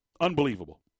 Unbelievable